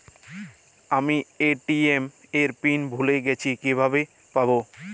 আমি এ.টি.এম এর পিন ভুলে গেছি কিভাবে পাবো?